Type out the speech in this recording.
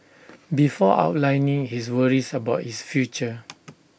before outlining his worries about his future